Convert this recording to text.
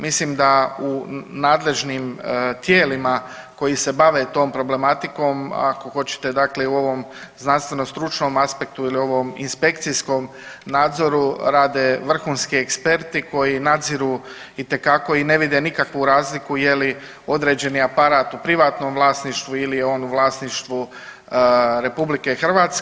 Mislim da u nadležnim tijelima koji se bave tom problematikom ako hoćete dakle i u ovom znanstveno stručnom aspektu ili ovom inspekcijskom nadzoru rade vrhunski eksperti koji nadziru itekako i ne vide nikakvu razliku je li određeni aparat u privatnom vlasništvu ili je on u vlasništvu Republike Hrvatske.